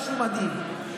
משהו מדהים.